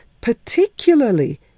particularly